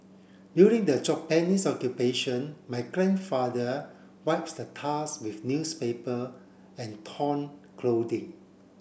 during the Japanese Occupation my grandfather wipes the tusk with newspaper and torn clothing